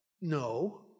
No